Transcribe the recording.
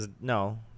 No